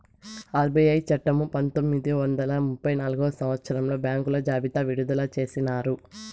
RBI చట్టము పంతొమ్మిది వందల ముప్పై నాల్గవ సంవచ్చరంలో బ్యాంకుల జాబితా విడుదల చేసినారు